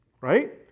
Right